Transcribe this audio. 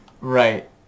Right